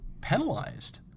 penalized